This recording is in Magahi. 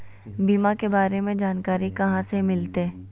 बीमा के बारे में जानकारी कहा से मिलते?